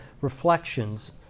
reflections